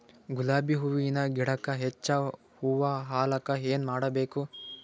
ಗುಲಾಬಿ ಹೂವಿನ ಗಿಡಕ್ಕ ಹೆಚ್ಚ ಹೂವಾ ಆಲಕ ಏನ ಮಾಡಬೇಕು?